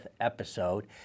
episode